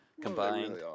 Combined